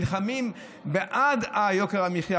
נלחמים בעד יוקר המחיה,